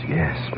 yes